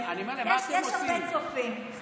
יש הרבה צופים.